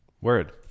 Word